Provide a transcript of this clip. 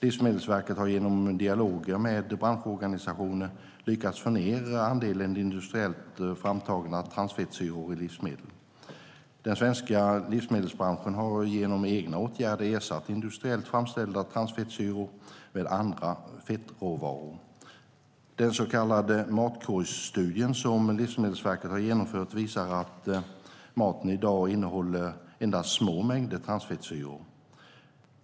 Livsmedelsverket har genom dialoger med branschorganisationer lyckats få ned andelen industriellt framtagna transfettsyror i livsmedel. Den svenska livsmedelsbranschen har genom egna åtgärder ersatt industriellt framställda transfettsyror med andra fettråvaror. Den så kallade matkorgsstudien som Livsmedelsverket har genomfört visar att maten i dag innehåller endast små mängder transfettsyror.